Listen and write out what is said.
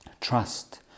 trust